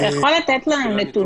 אתה יכול לתת לנו נתונים,